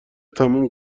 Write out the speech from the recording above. تموم